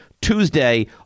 tuesday